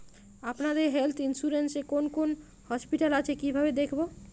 আপনাদের health insurance এ কোন কোন হসপিটাল আছে কিভাবে দেখবো?